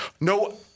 No